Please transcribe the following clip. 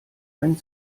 einen